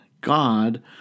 God